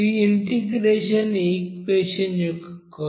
ఇవి integration equation యొక్క coefficients